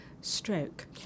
stroke